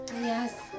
Yes